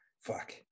Fuck